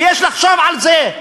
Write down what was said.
ויש לחשוב על זה,